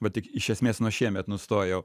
bet tik iš esmės nuo šiemet nustojau